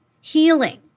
Healing